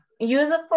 useful